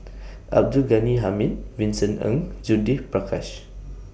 Abdul Ghani Hamid Vincent Ng and Judith Prakash